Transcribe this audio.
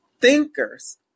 thinkers